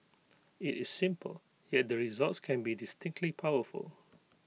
IT is simple yet the results can be distinctly powerful